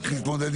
יאללה, תתקדם.